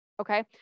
Okay